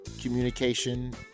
Communication